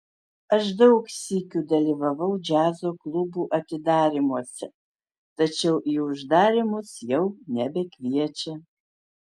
aš daug sykių dalyvavau džiazo klubų atidarymuose tačiau į uždarymus jau nebekviečia